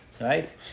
right